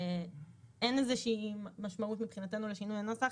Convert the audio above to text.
אין איזה שהיא משמעות מבחינתנו לשינוי הנוסח,